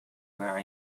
where